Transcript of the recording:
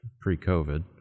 pre-COVID